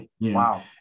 Wow